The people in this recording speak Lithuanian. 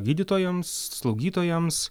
gydytojams slaugytojams